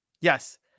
Yes